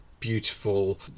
beautiful